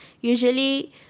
usually